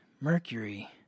Mercury